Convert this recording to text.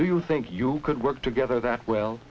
do you think you could work together that well